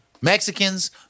Mexicans